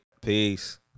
peace